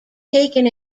taken